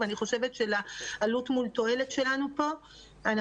ואני חושבת שלעלות מול תועלת שלנו פה אנחנו